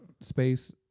space